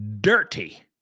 dirty